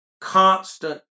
constant